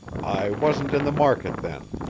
i wasn't in the market then,